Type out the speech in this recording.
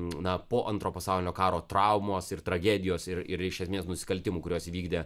na po antro pasaulinio karo traumos ir tragedijos ir ir iš esmės nusikaltimų kuriuos įvykdė